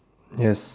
yes